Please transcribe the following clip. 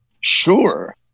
sure